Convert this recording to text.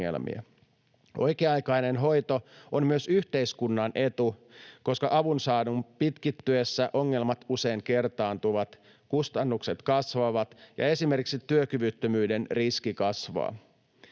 Oikea-aikainen hoito on myös yhteiskunnan etu, koska avun saannin pitkittyessä ongelmat usein kertaantuvat, kustannukset kasvavat ja esimerkiksi työkyvyttömyyden riski kasvaa.